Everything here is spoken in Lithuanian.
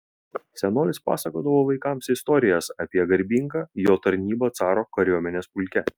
senolis pasakodavo vaikams istorijas apie garbingą jo tarnybą caro kariuomenės pulke